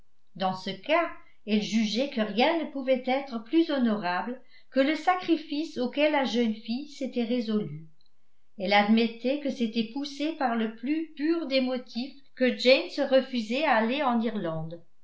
dans ce cas elle jugeait que rien ne pouvait être plus honorable que le sacrifice auquel la jeune fille s'était résolue elle admettait que c'était poussée par le plus pur des motifs que jane se refusait à aller en irlande